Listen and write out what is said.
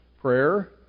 prayer